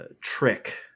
trick